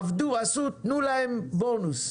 עבדו, עשו, תנו להם בונוס.